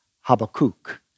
Habakkuk